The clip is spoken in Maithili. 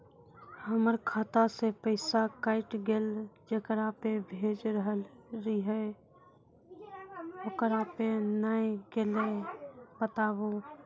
हमर खाता से पैसा कैट गेल जेकरा पे भेज रहल रहियै ओकरा पे नैय गेलै बताबू?